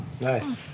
Nice